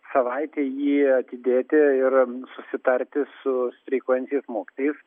savaitei jį atidėti ir susitarti su streikuojančiais mokytojais